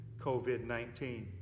COVID-19